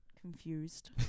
confused